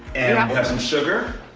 and um we have some sugar.